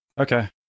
Okay